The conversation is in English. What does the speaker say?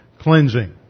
cleansing